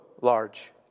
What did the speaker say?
large